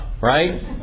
right